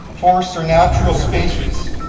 forests are natural spaces.